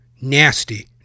Nasty